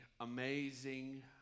amazing